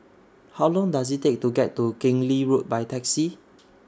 How Long Does IT Take to get to Keng Lee Road By Taxi